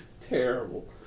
Terrible